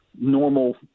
normal